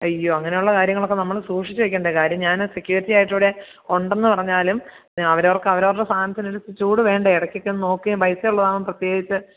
അയ്യോ അങ്ങനെയുളള കാര്യങ്ങളൊക്കെ നമ്മൾ സൂക്ഷിച്ച് വെക്കേണ്ടേ കാര്യം ഞാൻ സെക്യൂരിറ്റിയായിട്ടിവിടെ ഉണ്ടെന്ന് പറഞ്ഞാലും അവരവർക്കവരവരുടെ സാധനത്തിനൊരു ചൂടു വേണ്ടേ ഇടയ്ക്കൊക്കെ ഒന്നു നോക്കുകയും പൈസയുള്ളതാവുമ്പോൾ പ്രത്യേകിച്ച്